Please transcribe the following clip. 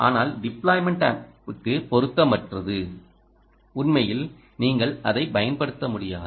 ஆனால் டிப்ளாய்மென்டுக்குப் பொருத்தமற்றது உண்மையில் நீங்கள் அதைப் பயன்படுத்த முடியாது